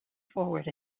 forward